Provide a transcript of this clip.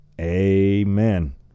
Amen